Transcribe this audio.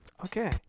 Okay